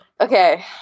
Okay